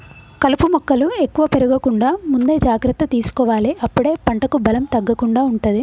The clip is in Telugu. కలుపు మొక్కలు ఎక్కువ పెరగకుండా ముందే జాగ్రత్త తీసుకోవాలె అప్పుడే పంటకు బలం తగ్గకుండా ఉంటది